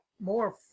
more